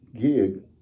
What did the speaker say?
gig